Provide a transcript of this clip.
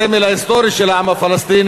הסמל ההיסטורי של העם הפלסטיני,